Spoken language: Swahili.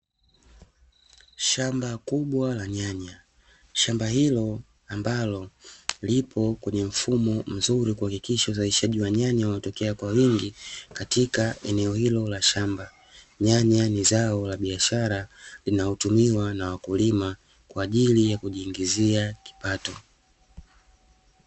Shamba kubwa la nyanya, shamba hilo ambalo lipo kwenye mfumo mzuri kuhakikisha uzalishaji wa nyanya unatokea kwa wingi katika eneo hilo la shamba. Nyanya ni zao la biashara linalotumiwa na wakulima kwa ajili ya kujiingiza kipato.